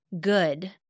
good